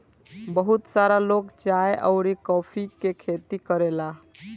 बहुत सारा लोग चाय अउरी कॉफ़ी के खेती करेला